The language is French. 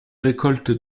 récoltes